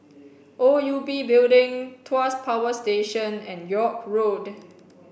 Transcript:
O U B Building Tuas Power Station and York Road